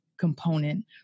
component